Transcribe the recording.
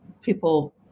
people